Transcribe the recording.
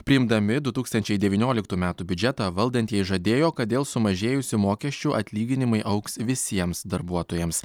priimdami du tūkstančiai devynioliktų metų biudžetą valdantieji žadėjo kad dėl sumažėjusių mokesčių atlyginimai augs visiems darbuotojams